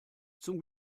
zum